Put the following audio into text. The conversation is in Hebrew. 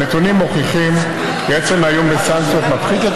הנתונים מוכיחים כי עצם האיום בסנקציות מפחית את